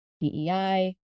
DEI